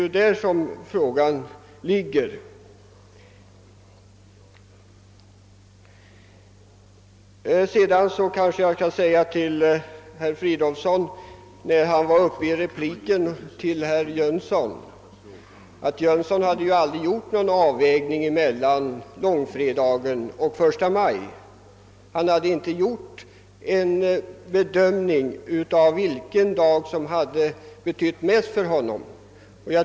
Eftersom herr Fridolfsson var uppe i en replik mot herr Jönsson i Malmö vill jag säga honom att herr Jönsson aldrig gjorde någon avvägning mellan långfredagen och första maj beträffande vilken dag som hade betytt mest för honom.